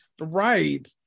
Right